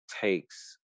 takes